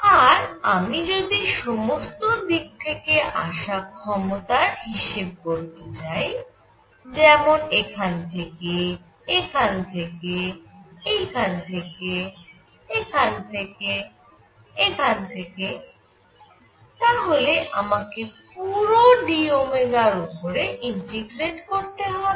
আর আমি যদি সমস্ত দিক থেকে আসা ক্ষমতার হিসেব করতে চাই যেমন এখান থেকে এখান থেকে এখান থেকে এখান থেকে এখান থেকে এখান থেকে এখান থেকেতাহলে আমাকে পুরো d র উপরে ইন্টিগ্রেট করতে হবে